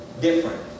different